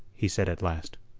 he said at last.